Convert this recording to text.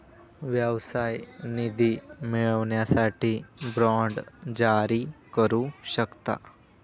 व्यवसाय निधी मिळवण्यासाठी बाँड जारी करू शकता